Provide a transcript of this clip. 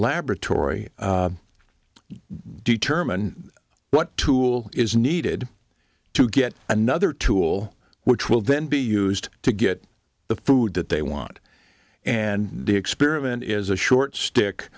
laboratory determine what tool is needed to get another tool which will then be used to get the food that they want and the experiment is a short stick